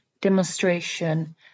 demonstration